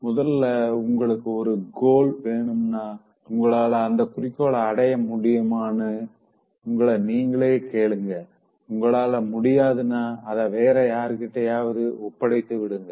முதல்ல உங்களுக்கு ஒரு கோல் வேணுமா உங்களால அந்த குறிக்கோள அடைய முடியுமானு உங்கள நீங்களே கேளுங்க உங்களால முடியாதுனா அத வேற யார்கிட்டயாவது ஒப்படைத்துவிடுங்க